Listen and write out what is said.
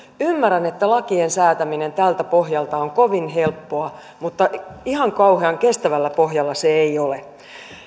ymmärrän että lakien säätäminen tältä pohjalta on kovin helppoa mutta ihan kauhean kestävällä pohjalla se ei ole